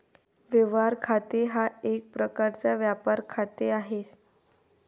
व्यवहार खाते हा एक प्रकारचा व्यापार खाते आहे